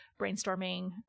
brainstorming